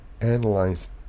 analyze